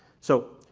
so,